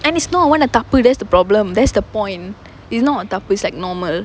and it's not wanna தப்பு:thappu that's the problem that's the point is not a தப்பு:thappu is like normal